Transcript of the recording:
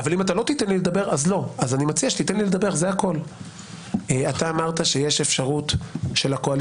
אזרחי ישראל לא יאפשרו לכם לבטל